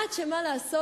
עד שמה לעשות,